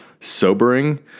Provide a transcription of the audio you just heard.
sobering